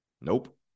Nope